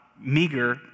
meager